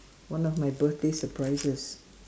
one of my birthday surprises